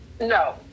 No